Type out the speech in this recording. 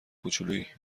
کوچولویی